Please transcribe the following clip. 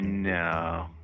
No